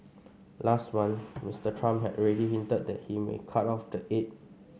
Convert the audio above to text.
last month Mister Trump had already hinted that he may cut off the aid